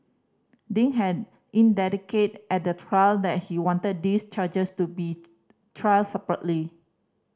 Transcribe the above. Ding had indicated at the trial that he wanted these charges to be tried separately